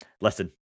Listen